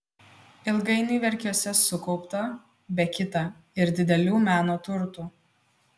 ilgainiui verkiuose sukaupta be kita ir didelių meno turtų